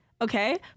Okay